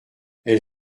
elle